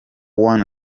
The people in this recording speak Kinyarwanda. one